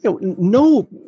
No